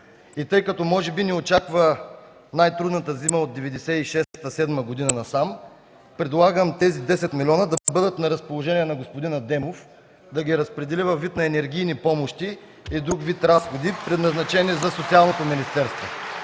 тъй като може би ни очаква най-трудната зима от 1996-1997 г. насам, предлагам тези 10 милиона да бъдат на разположение на господин Адемов, за да ги разпредели във вид на енергийни помощи и друг вид разходи, предназначени за Социалното министерство.